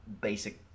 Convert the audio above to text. basic